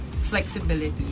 flexibility